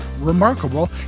remarkable